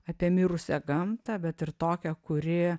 apie mirusią gamtą bet ir tokią kuri